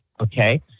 okay